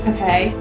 Okay